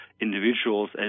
individuals